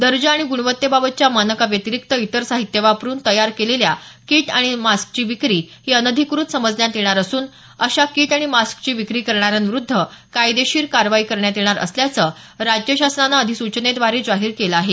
दर्जा आणि गुणवत्तेबाबतच्या मानकाव्यतिरिक्त इतर साहित्य वापरून तयार केलेल्या किट आणि मास्कची विक्री ही अनधिकृत समजण्यात येणार असून अशा किट आणि मास्कची विक्री करणाऱ्यांविरुद्ध कायदेशीर कारवाई करण्यात येणार असल्याचं राज्य शासनानं अधिसूचनेद्वारे जाहीर केलं आहे